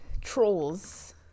trolls